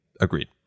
Agreed